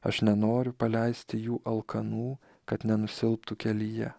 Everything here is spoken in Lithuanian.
aš nenoriu paleisti jų alkanų kad nenusilptų kelyje